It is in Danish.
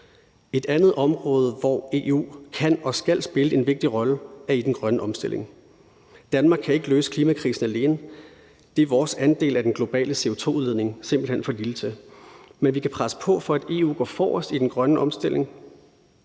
Et andet område, hvor EU kan og skal spille en vigtig rolle, er i den grønne omstilling. Danmark kan ikke løse klimakrisen alene. Det er vores andel af den globale CO2-udledning simpelt hen for lille til. Men vi kan presse på for, at EU går forrest i den grønne omstilling,